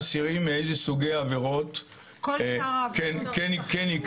אסירים מאיזה סוגי עבירות כן ייכללו?